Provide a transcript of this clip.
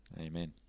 Amen